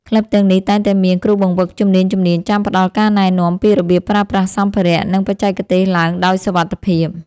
ក្លឹបទាំងនេះតែងតែមានគ្រូបង្វឹកជំនាញៗចាំផ្ដល់ការណែនាំពីរបៀបប្រើប្រាស់សម្ភារៈ និងបច្ចេកទេសឡើងដោយសុវត្ថិភាព។